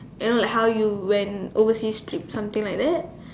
you know like how you went overseas trip something like that